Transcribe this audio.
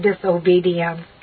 disobedience